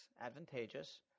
advantageous